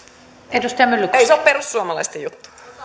ei se ole perussuomalaisten juttu